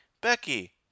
becky